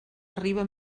arriba